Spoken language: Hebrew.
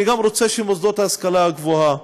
אני גם רוצה שהמוסדות להשכלה גבוהה,